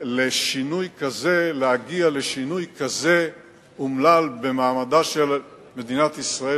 להגיע לשינוי כזה אומלל במעמדה של מדינת ישראל